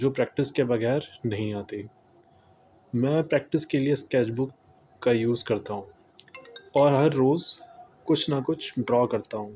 جو پریکٹس کے بغیر نہیں آتے میں پریکٹس کے لیے اسکیچ بک کا یوز کرتا ہوں اور ہر روز کچھ نہ کچھ ڈرا کرتا ہوں